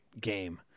game